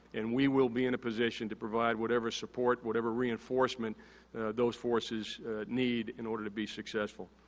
and, we will be in a position to provide whatever support, whatever reinforcement those forces need in order to be successful.